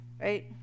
right